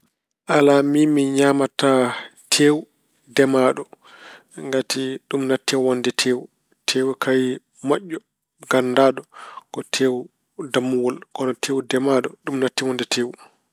Alaa, miin mi ñaamataa teewu demaaɗo. Ngati ɗum natti wonde teewu. Teewu kayi moƴƴo, ganndaaɗo ko teewu dammuwol. Kono teewu demaaɗo, ɗum natti wonde teewu.